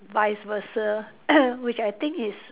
vice versa which I think is